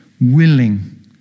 willing